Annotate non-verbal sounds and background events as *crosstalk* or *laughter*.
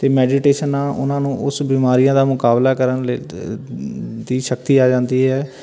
ਅਤੇ ਮੈਡੀਟੇਸ਼ਨ ਨਾਲ ਉਹਨਾਂ ਨੂੰ ਉਸ ਬਿਮਾਰੀਆਂ ਦਾ ਮੁਕਾਬਲਾ ਕਰਨ *unintelligible* ਦੀ ਸ਼ਕਤੀ ਆ ਜਾਂਦੀ ਹੈ